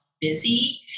busy